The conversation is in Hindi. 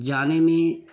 जाने में